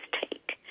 take